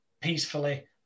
peacefully